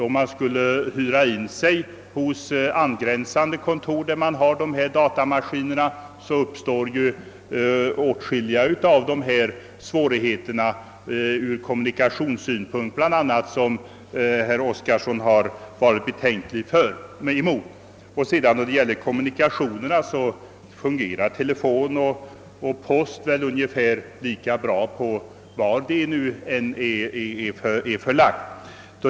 Om man skulle behöva anlita angränsande kontor, där datamaskiner finns, skulle det uppstå åtskilliga svårigheter, bl.a. ur kommunikationssynpunkt, vilket herr Oskarson uttryckt farhågor för. Vad i Övrigt beträffar kommunikationerna vill jag framhålla, att telefon och post väl fungerar lika bra, oavsett var värnpliktskontoren blir förlagda.